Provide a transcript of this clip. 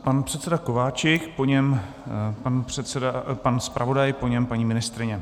Pan předseda Kováčik, po něm pan zpravodaj, po něm paní ministryně.